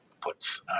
puts